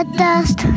dust